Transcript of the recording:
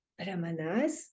Ramanas